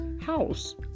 house